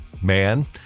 man